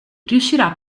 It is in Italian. riuscirà